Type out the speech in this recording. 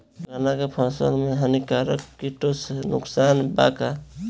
गन्ना के फसल मे हानिकारक किटो से नुकसान बा का?